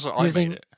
Using